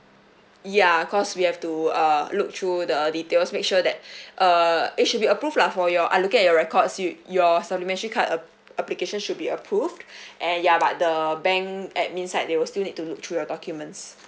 ya cause we have to uh look through the details make sure that err it should be approved lah for your I'm looking at your record you~ your supplementary card ap~ application should be approved and ya but the bank admin side they will still need to look through your documents